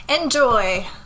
enjoy